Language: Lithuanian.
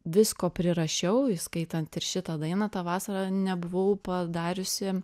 visko prirašiau įskaitant ir šitą dainą tą vasarą nebuvau padariusi